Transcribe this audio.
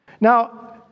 Now